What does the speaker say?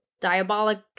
diabolic